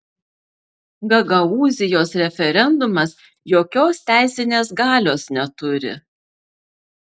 gagaūzijos referendumas jokios teisinės galios neturi